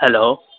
hello